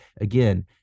again